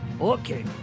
Okay